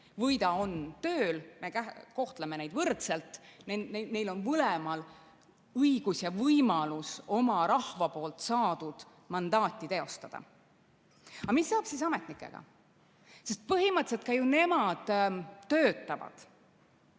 või ta on tööl. Me kohtleme neid võrdselt. Neil on mõlemal õigus ja võimalus oma rahva poolt saadud mandaati teostada. Aga mis saab ametnikega? Põhimõtteliselt ka nemad ju töötavad